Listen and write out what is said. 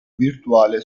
virtuale